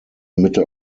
mitte